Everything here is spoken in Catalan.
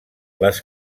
les